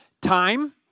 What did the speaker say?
Time